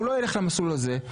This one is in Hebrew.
הוא לא ילך למסלול הזה,